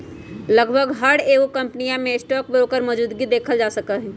लगभग हर एगो कम्पनीया में स्टाक ब्रोकर मौजूदगी देखल जा सका हई